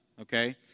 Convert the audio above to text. okay